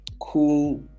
Cool